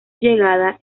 llegada